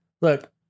look